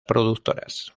productoras